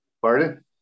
Pardon